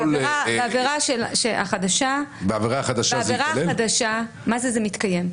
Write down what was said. בעבירה החדשה --- בעבירה החדשה זה ייכלל?